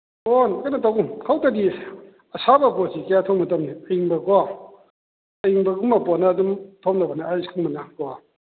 ꯀꯩꯅꯣ ꯇꯧꯒꯨꯝ ꯈꯧꯇꯗꯤ ꯑꯁꯥꯕ ꯄꯣꯠꯁꯤ ꯀꯌꯥ ꯊꯣꯝꯅꯗꯝꯅꯤ ꯑꯌꯤꯡꯕꯒꯨꯝꯕ ꯄꯣꯠꯅ ꯑꯗꯨꯝ ꯊꯣꯝꯅꯕꯅꯦ ꯑꯥꯏꯁꯀꯨꯝꯕꯅꯀꯣ